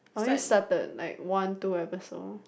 I only started like one two episode